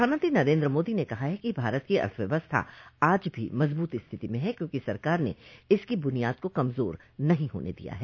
प्रधानमंत्री नरेंद्र मोदी ने कहा है कि भारत की अर्थव्यवस्था आज भी मजबूत स्थिति में है क्योंकि सरकार ने इसकी बुनियाद को कमजोर नहीं होने दिया है